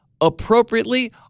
appropriately